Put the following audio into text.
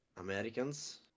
Americans